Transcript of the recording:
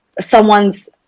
someone's